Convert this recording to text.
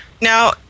Now